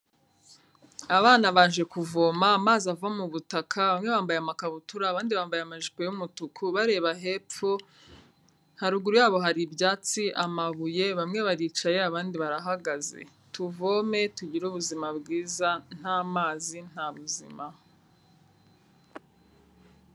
Abana baje kuvoma amazi ava mu butaka bamwe bambaye amakabutura abandi bambaye amajipo' yumutuku bareba hepfo, haruguru ya bo hari ibyatsi, amabuye bamwe baricaye abandi barahagaze, tuvome tugire ubuzima bwiza nta mazi nta buzima.